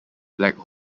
black